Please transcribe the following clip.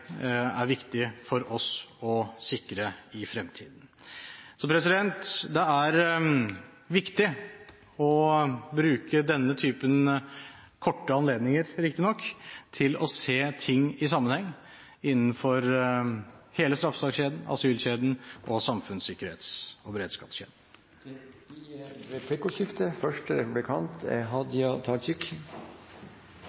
det viktig for oss å sikre i fremtiden. Det er viktig å bruke denne typen anledninger – korte, riktignok – til å se ting i sammenheng innenfor hele straffesakskjeden, asylkjeden og samfunnssikkerhets- og beredskapskjeden. Det blir replikkordskifte. Me er forventingsfulle til justisministeren sitt arbeid i høve til politireforma. Det er